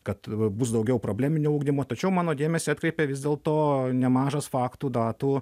kad v bus daugiau probleminio ugdymo tačiau mano dėmesį atkreipė vis dėlto nemažas faktų datų